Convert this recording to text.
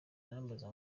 arambaza